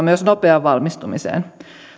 myös kannustaa nopeaan valmistumiseen